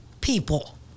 people